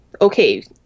okay